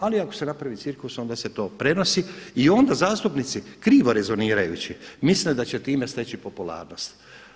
Ali ako se napravi cirkus, onda se to prenosi i onda zastupnici krivo rezonirajući misle da će time steći popularnost.